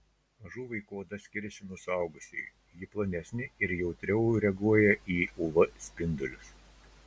mažų vaikų oda skiriasi nuo suaugusiųjų ji plonesnė ir jautriau reaguoja į uv spindulius